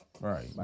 Right